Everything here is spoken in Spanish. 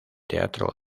teatro